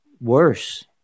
worse